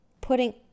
Putting